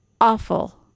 awful